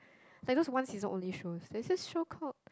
like those one season only shows there's this show called